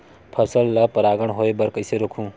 फसल ल परागण होय बर कइसे रोकहु?